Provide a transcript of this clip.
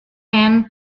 and